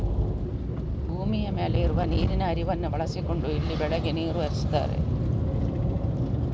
ಭೂಮಿಯ ಮೇಲೆ ಇರುವ ನೀರಿನ ಹರಿವನ್ನ ಬಳಸಿಕೊಂಡು ಇಲ್ಲಿ ಬೆಳೆಗೆ ನೀರು ಹರಿಸ್ತಾರೆ